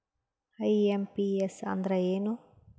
IMPS ಅಂದ್ರ ಏನು?